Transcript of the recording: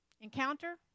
Encounter